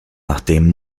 nachdem